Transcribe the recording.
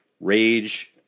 rage